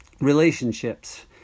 Relationships